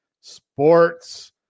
sports